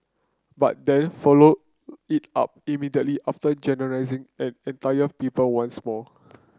but then followed it up immediately generalising an entire people once more